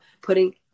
putting